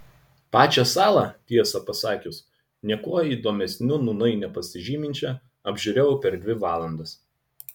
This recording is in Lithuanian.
pačią salą tiesą pasakius niekuo įdomesniu nūnai nepasižyminčią apžiūrėjau per dvi valandas